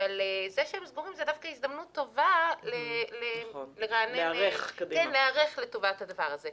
אבל זה שהם סגורים זה דווקא הזדמנות טובה להיערך לטובת הדבר הזה.